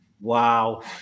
Wow